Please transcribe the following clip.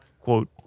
quote